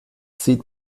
sieht